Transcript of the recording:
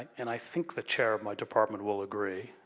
and i think the chair of my department will agree,